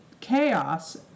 chaos